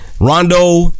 Rondo